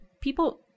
People